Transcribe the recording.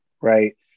Right